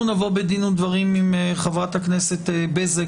אנחנו נבוא בדין ודברים עם חברת הכנסת בזק